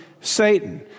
Satan